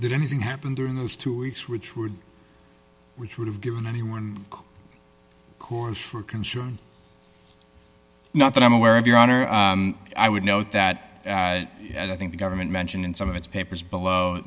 did anything happen during those two weeks which would which would have given anyone who is for concern not that i'm aware of your honor i would note that i think the government mentioned in some of its papers below